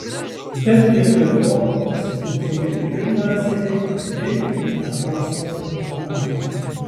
bet vietoj to pasitelkiami ir lazeriai bei ultragarso aparatai